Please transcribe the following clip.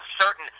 certain